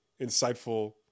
insightful